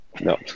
no